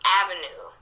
avenue